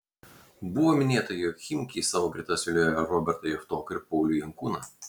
buvo minėta jog chimki į savo gretas vilioja robertą javtoką ir paulių jankūną